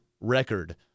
record